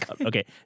Okay